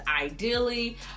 ideally